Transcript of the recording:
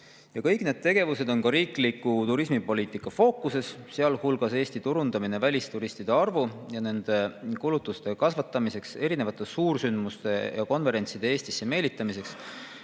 Kõik need tegevused on ka riikliku turismipoliitika fookuses, sealhulgas Eesti turundamine välisturistide arvu ja nende [tehtud] kulutuste kasvatamiseks, erinevate suursündmuste ja konverentside Eestisse meelitamiseks